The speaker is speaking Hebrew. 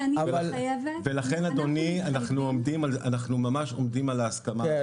ולכן אדוני, אנחנו ממש עומדים על ההסכמה.